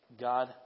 God